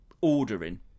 ordering